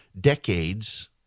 decades